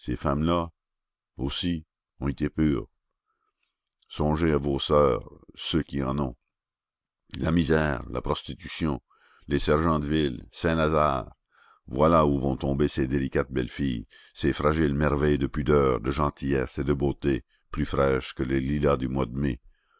ces femmes-là aussi ont été pures songez à vos soeurs ceux qui en ont la misère la prostitution les sergents de ville saint-lazare voilà où vont tomber ces délicates belles filles ces fragiles merveilles de pudeur de gentillesse et de beauté plus fraîches que les lilas du mois de mai